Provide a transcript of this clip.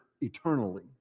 eternally